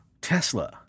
Tesla